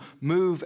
move